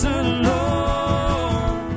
alone